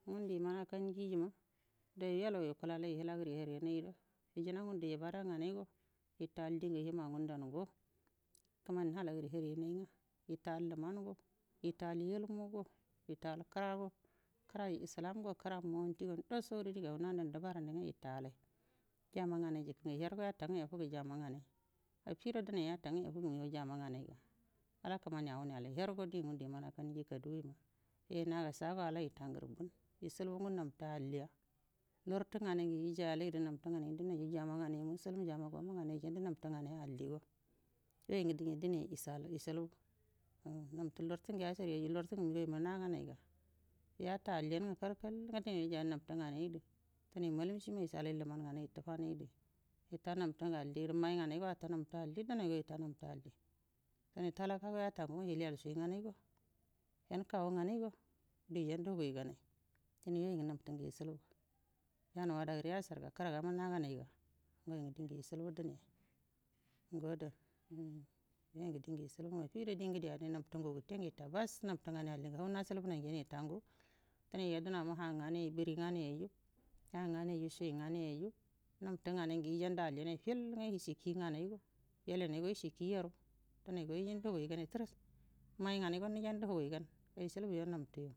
Ngudu imau akan hiyi jima dauyu wailau ikulalai hilagəri həriyanai ijina ngudu ibada nganaigo itaal dingə hima ngundango kəmani halagəri horiyanai nga itaal lumaugo itaal ilmugo itaal kərago kəra islamgo kəra montigo ndasodo dinghau nahal ndəbaranai nga itaalai jama nganai jikə ngə hergo yata nga yafugu jama ngahai affido dine yatta nga yafugu ningu jama nganai ala kəmani wunai yalai hergo di ngudu iman akau hingi kadugu ima naga sa go ala kəmani itaal ngərə bunal ishilbu ngu nabtu alliya lartu nganai ngə igayalaidu nabtə nganai muslum jawia goma nganai ijandə nabtə nganai alligo yyu ngə dingə dine ishal ishilbu nabtə larətu ngə yashar yaju lartu ngə nigau ima naganaiga yata alliyan kal kall nga dine ijaiya nabtu nganaidu ndanai malumshima ishilai luman nganai itə fanaidu itanabtə ngə allirə mai nganaigo ata nabtə allo dunaigo ita nabtə alli dunai talakago yata ngu nga hiliyal sui nganaigo yanə kagu nganaigo du ijndə hugui ganai dine yoyu ngə nabtə ngu ishilbu yanə wada gəre yasarga kəraga ma naganaiga ngai ngu dingə ishilbu dine ngo ada ummu yoyu ngə dinabtu ngu gəte ngə ita bass nabtu nganai alli ngu hau nashilbunai ngenə ita ngu dine yadəna ma ha nganai buri nganai yayiju hanaganai yayiju shui nganau yayiju nabtə nganai ngə ijandu allianai fill nga isi kii nganaigo wailanaigo ishi kii yaru dənaigo ijandə hugui ganai təris mai nganaigo nijandu hufui ganə ishilbu yo nabtuyu.